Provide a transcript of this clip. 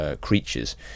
creatures